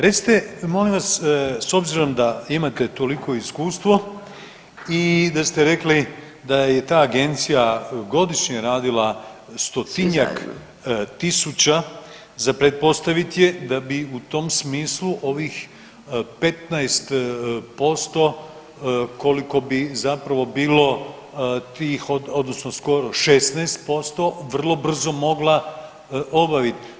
Recite molim vas s obzirom da imate toliko iskustvo i da ste rekli da je ta agencija godišnje radila 100-njak tisuća za pretpostaviti je da bi u tom smislu ovih 15% koliko bi zapravo bilo tih odnosno skoro 16% vrlo brzo mogla obavit.